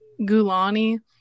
Gulani